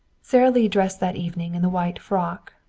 sara lee dressed that evening in the white frock.